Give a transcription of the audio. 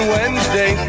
Wednesday